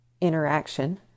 interaction